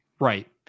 Right